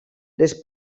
les